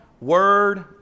word